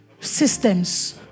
systems